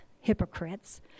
hypocrites